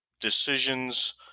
decisions